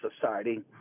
Society